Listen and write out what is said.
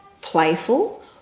playful